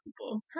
people